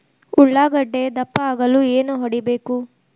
ಉಳ್ಳಾಗಡ್ಡೆ ದಪ್ಪ ಆಗಲು ಏನು ಹೊಡಿಬೇಕು?